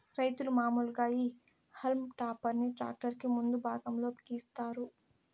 రైతులు మాములుగా ఈ హల్మ్ టాపర్ ని ట్రాక్టర్ కి ముందు భాగం లో బిగిస్తారు